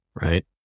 right